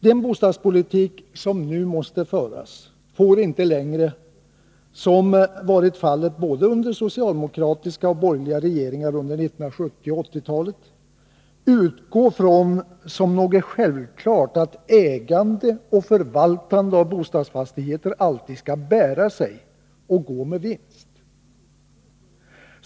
Den bostadspolitik som nu måste föras får inte längre — som varit fallet under både socialdemokratiska och borgerliga regeringar under 1970 och 1980-talet — utgå från som något självklart att ägande och förvaltande av bostadsfastigheter alltid skall bära sig och gå med vinst.